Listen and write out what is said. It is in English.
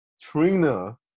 Trina